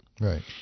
Right